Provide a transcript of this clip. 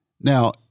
Now